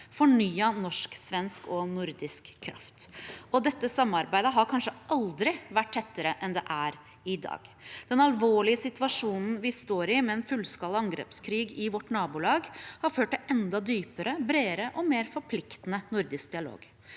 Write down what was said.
fornyet norsk-svensk og nordisk kraft. Dette samarbeidet har kanskje aldri vært tettere enn det er i dag. Den alvorlige situasjonen vi står i, med en fullskala angrepskrig i vårt nabolag, har ført til enda dypere, bre dere og mer forpliktende nordisk dialog.